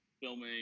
filming